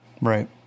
right